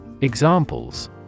Examples